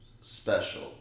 special